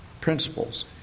Principles